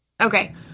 Okay